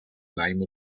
name